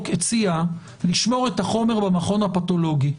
הציעה לשמור את החומר במכון הפתולוגי.